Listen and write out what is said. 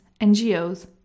NGOs